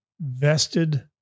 vested